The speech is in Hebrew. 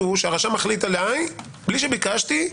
הוא שהרשם מחליט עליי בלי שביקשתי,